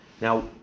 Now